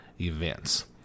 events